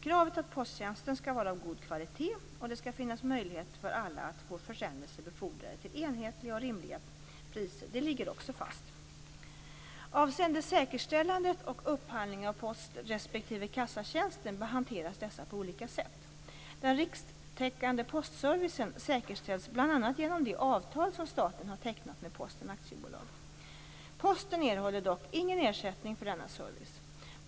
Kravet att posttjänsten skall vara av god kvalitet och att det skall finnas möjlighet för alla att få försändelser befordrade till enhetliga och rimliga priser ligger också fast. Avseende säkerställandet och upphandlingen av post respektive kassatjänsten hanteras dessa på olika sätt. Den rikstäckande postservicen säkerställs bl.a. genom det avtal som staten har tecknat med Posten AB. Posten erhåller dock ingen ersättning för denna service.